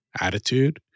attitude